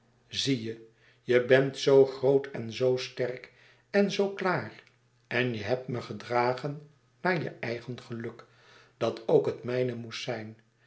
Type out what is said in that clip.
zie je je bent zoo groot en zoo sterk en zoo klaar en je hebt me gedragen naar je eigen geluk dat ook het mijne moest zijn